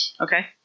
Okay